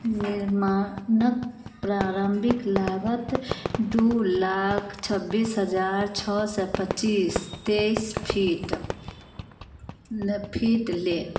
निर्माणक प्रारम्भिक लागत दू लाख छब्बीस हजार छओ सए पच्चीस तेइस फीट फीट लेल